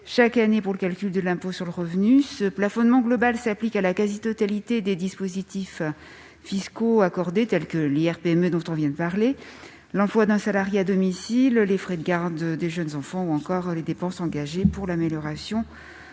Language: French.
chaque année pour le calcul de l'impôt sur le revenu. Ce plafonnement global s'applique à la quasi-totalité des dispositifs fiscaux accordés, tels que l'IR-PME, l'emploi d'un salarié à domicile, les frais de garde des jeunes enfants ou encore les dépenses engagées pour l'amélioration